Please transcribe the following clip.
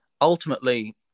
ultimately